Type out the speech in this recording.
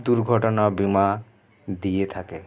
দুর্ঘটনা বীমা দিয়ে থাকে